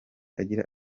agira